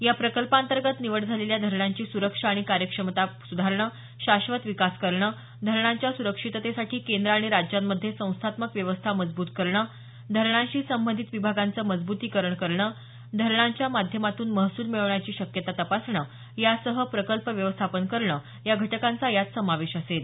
या प्रकल्पातंर्गत निवड झालेल्या धरणांची सुरक्षा आणि कार्यक्षमता सुधारणं शाश्वत विकास करणं धरणांच्या सुरक्षिततेसाठी केंद्र आणि राज्यामंध्ये संस्थात्मक व्यवस्था मजबूत करणं धरणांशी संबंधित विभागांचं मजब्तीकरण करणं धरणांच्या माध्यमांतून महसूल मिळवण्याची शक्यता तपासणं यासह प्रकल्प व्यवस्थापन करणं या घटकांचा यात समावेश असेल